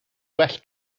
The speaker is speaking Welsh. well